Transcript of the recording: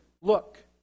look